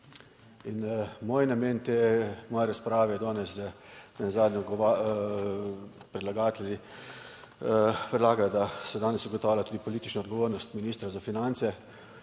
In moj namen te moje razprave danes nenazadnje predlagatelji predlagajo, da se danes ugotavlja tudi politična odgovornost ministra za finance,